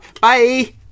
Bye